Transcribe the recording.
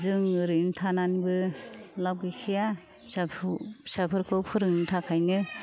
जों ओरैनो थानानैबो लाब गैखाया फिसाफोर फिसाफोरखौ फोरोंनो थाखायनो